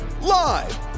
live